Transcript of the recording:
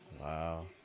Wow